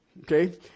Okay